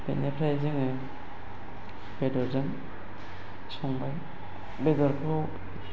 बेनिफ्राय जोंङो बेदरजों संबाय बेदरखौ